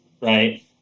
right